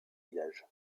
village